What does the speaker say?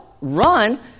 run